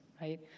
right